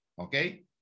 okay